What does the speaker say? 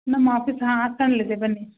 ನಮ್ಮ ಆಫೀಸ್ ಹಾಂ ಬನ್ನಿ